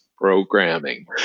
programming